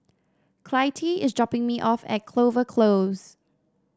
Clytie is dropping me off at Clover Close